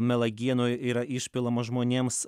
melagienų yra išpilama žmonėms